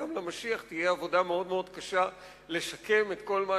וגם למשיח תהיה עבודה מאוד מאוד קשה לשקם את כל מה